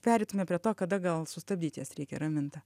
pereitume prie to kada gal sustabdyti jas reikia raminta